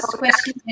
question